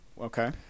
okay